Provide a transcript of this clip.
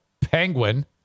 penguin